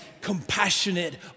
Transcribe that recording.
compassionate